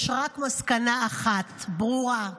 יש רק מסקנה אחת ברורה: